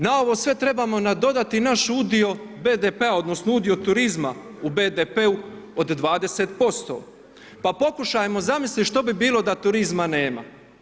Na ovo sve trebamo nadodati naš udio BDP-a odnosno, udio turizma u BDP-u od 20%, pa pokušajmo zamisliti što bi bilo da turizma nema?